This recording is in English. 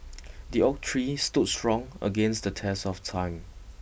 the oak tree stood strong against the test of time